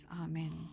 Amen